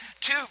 two